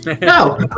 no